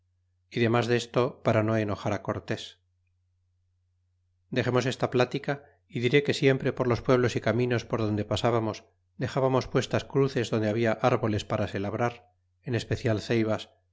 y demas desto para no enojar cortés dexemos esta plática y diré que siempre por los pueblos y caminos por donde pasábamos dexbamos puestas cruces donde habia árboles para se labrar en especial ceras